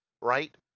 right